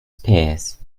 spears